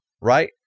right